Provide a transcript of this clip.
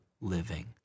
living